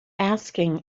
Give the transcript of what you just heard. asking